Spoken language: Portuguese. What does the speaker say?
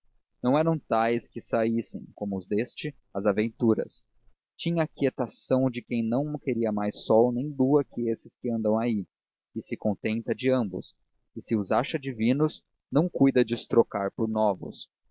não eram tais que saíssem como os deste às aventuras tinham a quietação de quem não queria mais sol nem lua que esses que andam aí que se contenta de ambos e se os acha divinos não cuida de os trocar por novos